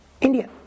India